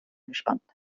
gespannt